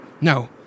No